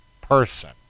person